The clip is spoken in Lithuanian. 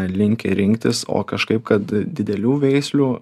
linkę rinktis o kažkaip kad didelių veislių